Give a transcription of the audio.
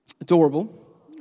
Adorable